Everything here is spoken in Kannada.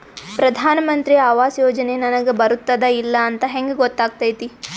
ಪ್ರಧಾನ ಮಂತ್ರಿ ಆವಾಸ್ ಯೋಜನೆ ನನಗ ಬರುತ್ತದ ಇಲ್ಲ ಅಂತ ಹೆಂಗ್ ಗೊತ್ತಾಗತೈತಿ?